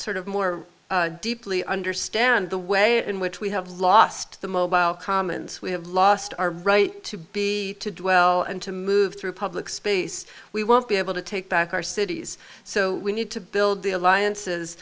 sort of more deeply understand the way in which we have lost the mobile commons we have lost our right to be to do well and to move through public space we won't be able to take back our cities so we need to build the alliances